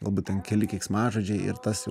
galbūt ten keli keiksmažodžiai ir tas jau